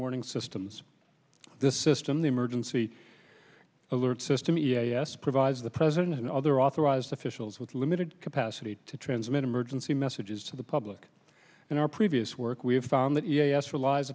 warning systems this system the emergency alert system e a s provides the president and other authorized officials with limited capacity to transmit emergency messages to the public in our previous work we have found that yes relies